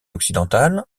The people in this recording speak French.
occidentale